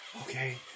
okay